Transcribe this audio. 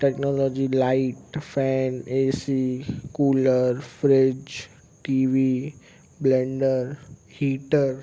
technology light fan AC cooler fridge TV blender heater